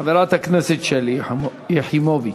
חברת הכנסת שלי יחימוביץ.